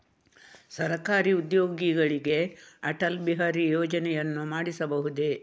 ಸರಕಾರಿ ಉದ್ಯೋಗಿಗಳಿಗೆ ಅಟಲ್ ಬಿಹಾರಿ ಯೋಜನೆಯನ್ನು ಮಾಡಿಸಬಹುದೇ?